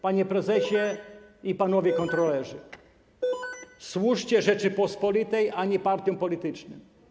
Panie prezesie i panowie kontrolerzy, służcie Rzeczypospolitej, a nie partiom politycznym.